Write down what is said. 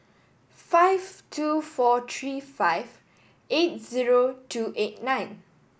five two four three five eight two eight nine